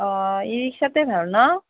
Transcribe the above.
অঁ ই ৰিক্সাতে ভাল ন